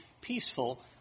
peaceful